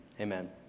amen